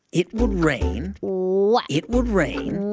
it would rain. what? it would rain.